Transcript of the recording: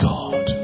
God